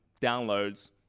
downloads